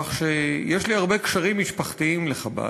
כך שיש לי הרבה קשרים משפחתיים לחב"ד.